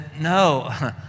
no